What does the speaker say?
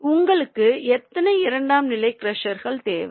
உங்களுக்கு எத்தனை இரண்டாம் நிலை க்ரஷர்கள் தேவை